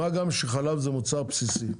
מה גם שחלב זה מוצר בסיסי.